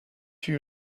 you